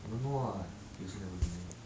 don't know ah he also never give me